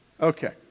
Okay